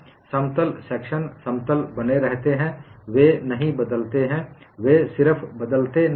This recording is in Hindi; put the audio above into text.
समतल सेक्शन समतल बने रहते हैं वे नहीं बदलते हैं वे सिर्फ बदलते नहीं हैं